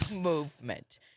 movement